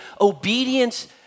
obedience